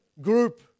group